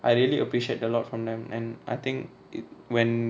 I really appreciate a lot from them and I think when